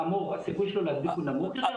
כאמור, הסיכוי שלו להדביק הוא נמוך יותר.